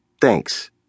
thanks